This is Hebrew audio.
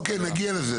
אוקיי, נגיע לזה.